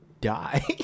die